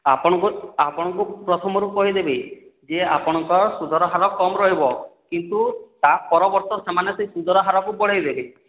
ଆପଣଙ୍କୁ ଆପଣଙ୍କୁ ପ୍ରଥମରୁ କହିଦେଲି ଯେ ଆପଣଙ୍କ ସୁଧର ହାର କମ ରହିବ କିନ୍ତୁ ତା'ପରବର୍ତ୍ତୀ ସେମାନେ ସେ ସୁଧର ହାରକୁ ବଢ଼ାଇ ଦେବେ